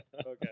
Okay